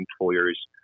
employers